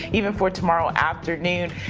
even for tomorrow afternoon.